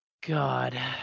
God